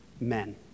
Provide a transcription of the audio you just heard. men